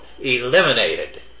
eliminated